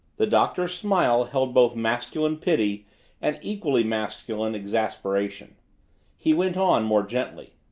the doctor's smile held both masculine pity and equally masculine exasperation he went on more gently.